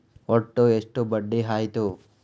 ಒಟ್ಟು ಎಷ್ಟು ಬಡ್ಡಿ ಆಯಿತು?